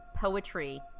poetry